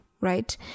right